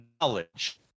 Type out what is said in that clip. knowledge